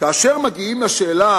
כאשר מגיעים לשאלה